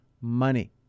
money